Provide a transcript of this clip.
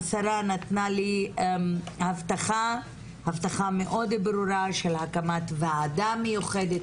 השרה נתנה לי הבטחה מאוד ברורה של הקמת ועדה מיוחדת,